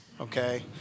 okay